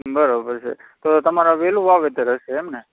બરાબર છે તો તમારે વેહેલું વાવેતર હશે એમને